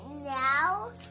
now